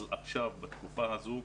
אבל עכשיו בתקופה הזו,